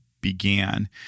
began